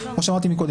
כמו שאמרתי מקודם,